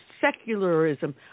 secularism